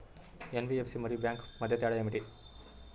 NBFC మరియు bank మధ్య తేడా ఏమిటి?